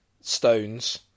stones